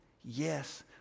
yes